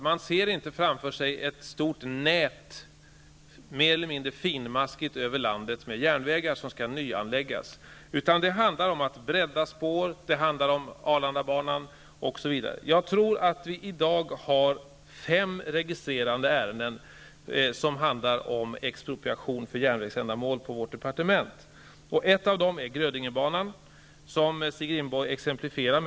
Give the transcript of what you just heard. Man ser inte framför sig ett stort nät, mer eller mindre finmaskigt, med järnvägar över landet, vilka skall nyanläggas. Det handlar i stället om breddning av spår, Arlandabanan, osv. Jag tror att det i dag finns fem registrerade ärenden som handlar om expropriation för järnvägsändamål på vårt departement. Ett av dessa ärenden gäller Grödingebanan, som Stig Rindborg exemplifierade.